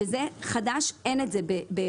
שזה חדש אין את זה באירופה.